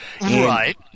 Right